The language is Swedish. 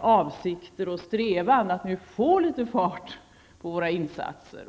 avsikter och strävan att nu få litet fart på våra insatser.